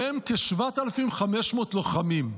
ומהם כ-7,500 לוחמים.